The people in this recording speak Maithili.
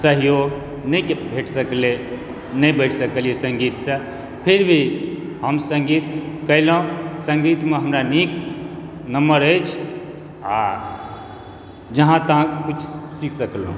सहयोग नहि भेट सकलै नहि बढ़ि सकलियै सङ्गीतसँ फिर भी हम सङ्गीत कयलहुँ सङ्गीतमे हमरा नीक नम्बर अछि आ जहाँ तहाँ किछु सीख सकलहुँ